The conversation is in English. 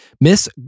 Miss